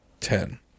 Ten